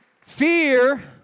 Fear